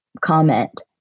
comment